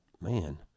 man